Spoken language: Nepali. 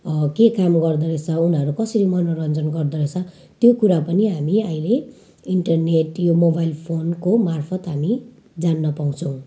के काम गर्दो रहेछ उनीहरू कसरी मनोरञ्जन गर्दो रहेछ त्यो कुरा पनि हामी अहिले इन्टरनेट यो मोबाइल फोनको मार्फत हामी जान्न पाउँछौँ